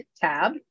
tab